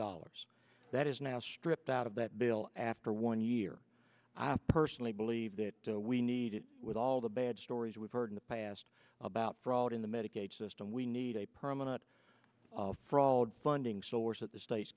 dollars that is now stripped out of that bill after one year i personally believe that we need to with all the bad stories we've heard in the past about fraud in the medicaid system we need a permanent fraud funding source that the states